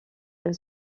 elle